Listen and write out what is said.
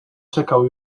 czekał